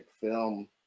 film